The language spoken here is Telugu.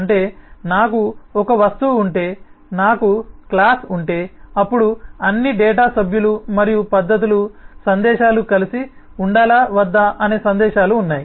అంటే నాకు ఒక వస్తువు ఉంటే నాకు క్లాస్ ఉంటే అప్పుడు అన్ని డేటా సభ్యులు మరియు పద్ధతులు సందేశాలు కలిసి ఉండాలా వద్దా అనే సందేశాలు ఉన్నాయి